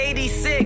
86